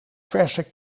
verse